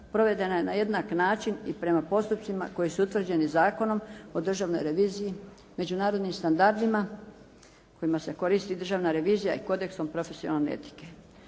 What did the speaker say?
provedena je na jednak način i prema postupcima koji su utvrđeni Zakonom o državnoj reviziji, međunarodnim standardima kojima se koristi Državna revizija i Kodeksom profesionalne etike.